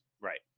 Right